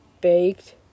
baked